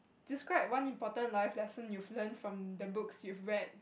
describe one important life lesson you've learnt from the books you've read